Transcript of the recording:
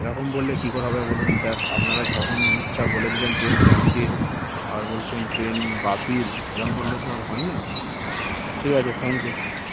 এরকম বললে কী কর হবে বলুন স্যার আপনারা যখন ইচ্ছা বলে দিলেন ট্রেন ক্যান্সেল আর বলছেন ট্রেন বাতিল এরকম বললে তো আর হয় না ঠিক আছে থ্যাংক ইউ